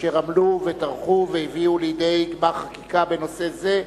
אשר עמלו וטרחו והביאו לידי גמר חקיקה בנושא זה,